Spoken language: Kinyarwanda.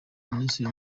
minisitiri